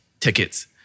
Tickets